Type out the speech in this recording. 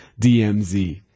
DMZ